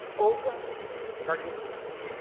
olga gardievskaya!